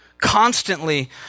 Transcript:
constantly